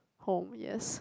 home yes